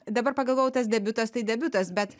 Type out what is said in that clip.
dabar pagalvojau tas debiutas tai debiutas bet